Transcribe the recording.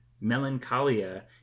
melancholia